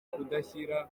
kudashyira